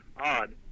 odd